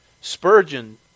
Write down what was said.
Spurgeon